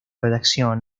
redacción